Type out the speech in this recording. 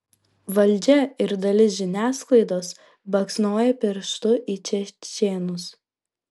valdžia ir dalis žiniasklaidos baksnoja pirštu į čečėnus